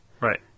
Right